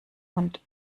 und